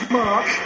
mark